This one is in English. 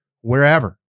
wherever